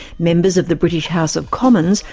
members of the british house of commons,